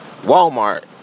Walmart